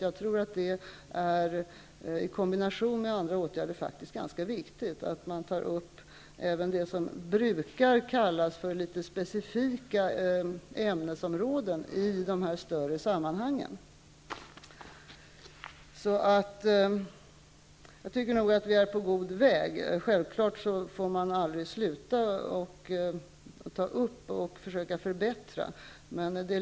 Jag tror att det i kombination med andra åtgärder faktiskt är ganska viktigt att i de större sammanhangen ta upp även det som brukar anses som litet specifika ämnesområden. Jag tycker att vi är på god väg. Självfallet får man aldrig sluta att ta upp frågor och försöka förbättra.